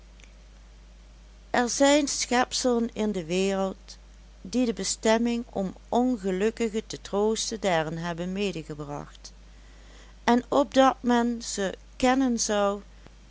er zijn schepselen in de wereld die de bestemming om ongelukkigen te troosten daarin hebben medegebracht en opdat men ze kennen zou